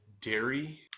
dairy